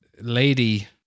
Lady